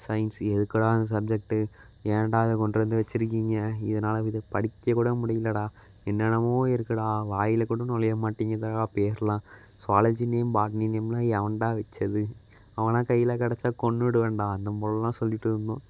science எதுக்குடா இந்த subject ஏன்டா அதை கொண்டுட்ரு வந்து வெச்சுருக்கீங்க இதனால் இதை படிக்க கூட முடியலடா என்னென்னாமோ இருக்குடா வாயில் கூட நொழைய மாட்டிங்குதுடா அப்படியெல்லாம் ஸுவாலஜிலையும் பாட்னி நேமெலாம் எவன்டா வைச்சது அவனெலாம் கையில் கிடச்சா கொன்னுவிடுவேன்டா அந்த மாதிரிலாம் சொல்லிகிட்டுருந்தோம்